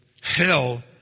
hell